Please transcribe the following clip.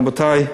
רבותי,